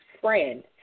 friend